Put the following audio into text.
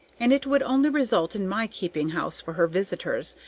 and it would only result in my keeping house for her visitors,